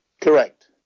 Correct